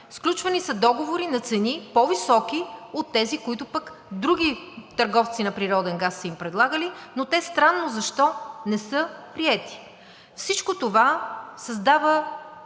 Сключвани са договори на цени, по-високи от тези, които пък други търговци на природен газ са им предлагали, но те странно защо не са приети. Всичко това създава